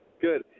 Good